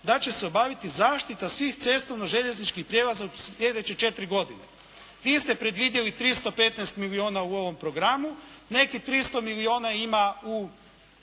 da će se obaviti zaštita svih cestovno-željezničkih prijelaza u sljedeće četiri godine. Vi ste predvidjeli 315 milijuna u ovom programu. Nekih 300 milijuna ima u